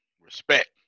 Respect